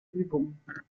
übung